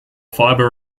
fibre